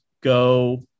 go